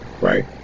Right